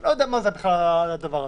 אבל נשים את זה רגע בצד.